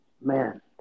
man